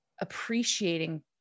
appreciating